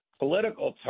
political